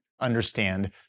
understand